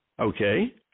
Okay